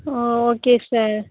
ah okay sir